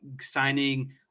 signing